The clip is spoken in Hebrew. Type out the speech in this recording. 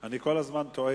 כבוד הרב מוזס,